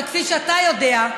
וכפי שאתה יודע,